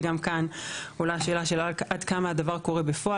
שגם כאן עולה השאלה של עד כמה הדבר קורה בפועל,